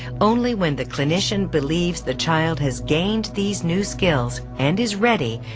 only when the clinician believes the child has gained these new skills and is ready,